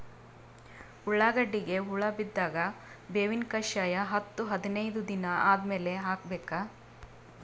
ಉಳ್ಳಾಗಡ್ಡಿಗೆ ಹುಳ ಬಿದ್ದಾಗ ಬೇವಿನ ಕಷಾಯ ಹತ್ತು ಹದಿನೈದ ದಿನ ಆದಮೇಲೆ ಹಾಕಬೇಕ?